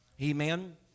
Amen